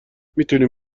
میتوانیم